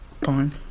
Fine